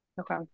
Okay